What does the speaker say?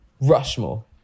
Rushmore